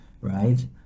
right